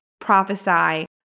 prophesy